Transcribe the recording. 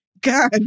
God